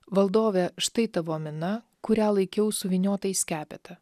valdove štai tavo mina kurią laikiau suvyniotą į skepetą